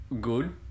good